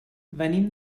venim